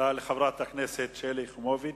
תודה לחברת הכנסת שלי יחימוביץ.